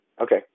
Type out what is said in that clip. okay